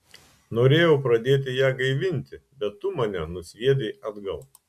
norėjau pradėti ją gaivinti bet tu mane nusviedei atgal